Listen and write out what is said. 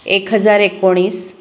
एक हजार एकोणीस